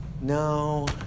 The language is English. No